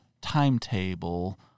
timetable